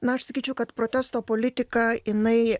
na aš sakyčiau kad protesto politika jinai